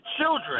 children